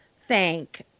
thank